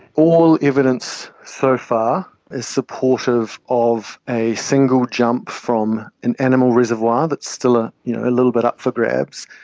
all evidence so far is supportive of a single jump from an animal reservoir, that is still ah you know a little bit up for grabs,